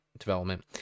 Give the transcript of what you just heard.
development